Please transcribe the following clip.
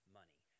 money